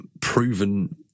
proven